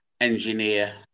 engineer